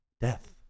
death